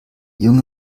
junge